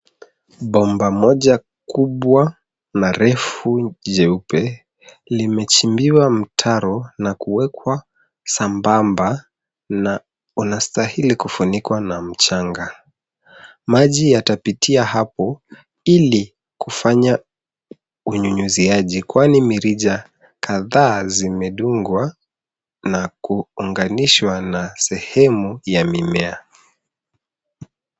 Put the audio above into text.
Bomba moja kubwa na refu jeupe, limechimbiwa mtaro na kuwekwa sambamba na unastahili kufunikwa na mchanga. Maji yatapitia hapo ili kufanya unyunyuziaji kwani mirija kadhaa zimedungwa na kuunganishwa na sehemu ya mimea.